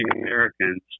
Americans